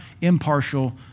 impartial